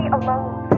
alone